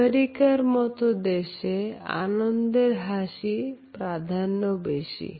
আমেরিকার মতো দেশে আনন্দের হাসি প্রাধান্য বেশি